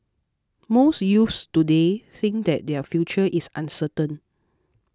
most youths today think that their future is uncertain